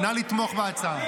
נא לתמוך בהצעה.